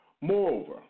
Moreover